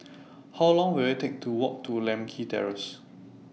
How Long Will IT Take to Walk to Lakme Terrace